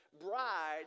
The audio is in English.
bride